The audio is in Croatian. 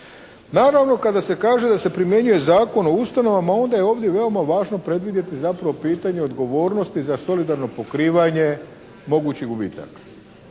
Naravno kada se kaže da se primjenjuj Zakon o ustanovama onda je ovdje veoma važno predvidjeti zapravo pitanje odgovornosti za solidarno pokrivanje mogućih gubitaka.